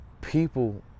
people